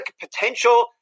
potential